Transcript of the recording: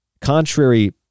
contrary